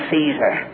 Caesar